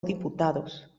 diputados